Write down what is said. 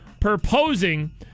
proposing